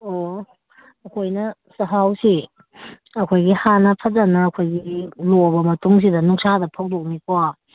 ꯑꯣ ꯑꯩꯈꯣꯏꯅ ꯆꯥꯛꯍꯥꯎꯁꯤ ꯑꯩꯈꯣꯏꯒꯤ ꯍꯥꯟꯅ ꯐꯖꯅ ꯑꯩꯈꯣꯏꯒꯤ ꯂꯣꯛꯑꯕ ꯃꯇꯨꯡꯁꯤꯗ ꯅꯨꯡꯁꯥꯗ ꯐꯧꯗꯣꯛꯑꯅꯤꯀꯣ